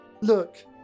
Look